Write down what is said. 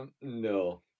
No